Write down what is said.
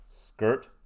skirt